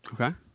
Okay